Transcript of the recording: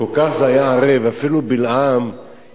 כל כך זה היה ערֵב, אפילו בלעם התאווה,